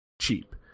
cheap